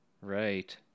Right